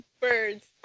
Birds